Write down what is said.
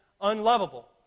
unlovable